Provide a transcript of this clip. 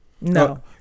No